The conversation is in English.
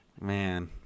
Man